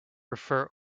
refer